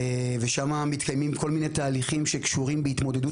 ושמם מתקיימים כל מיני תהליכים שקשורים בהתמודדות